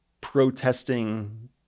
protesting